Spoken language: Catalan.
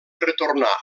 retornar